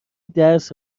درس